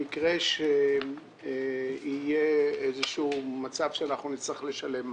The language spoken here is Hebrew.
למקרה שיהיה מצב בו נצטרך לשלם.